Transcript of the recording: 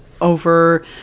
over